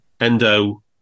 Endo